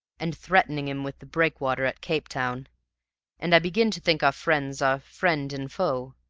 and threatening him with the breakwater at capetown and i begin to think our friends are friend and foe.